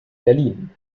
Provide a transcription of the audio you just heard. berlin